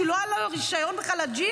כי לא היה לו רישיון בכלל לג'יפ,